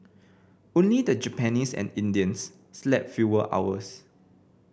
only the Japanese and Indians slept fewer hours